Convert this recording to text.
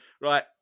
Right